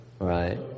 Right